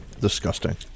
Disgusting